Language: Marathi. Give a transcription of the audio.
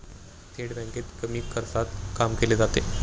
थेट बँकेत कमी खर्चात काम केले जाते